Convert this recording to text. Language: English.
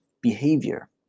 behavior